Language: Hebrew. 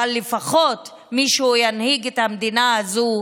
אבל לפחות, מישהו ינהיג את המדינה הזאת,